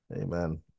Amen